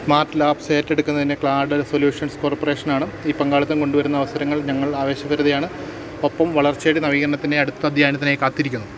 smart labs ഏറ്റെടുക്കുന്നത് cloud solutions കോർപ്പറേഷന് ആണ് ഈ പങ്കാളിത്തം കൊണ്ടുവരുന്ന അവസരങ്ങളില് ഞങ്ങൾ ആവേശഭരിതരാണ് ഒപ്പം വളർച്ചയുടെ നവീകരണത്തിന്റെ അടുത്ത അദ്ധ്യായത്തിനായി കാത്തിരിക്കുന്നു